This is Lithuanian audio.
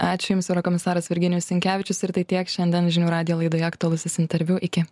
ačiū jums eurokomisaras virginijus sinkevičius ir tai tiek šiandien žinių radijo laidoje aktualusis interviu iki